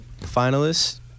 finalists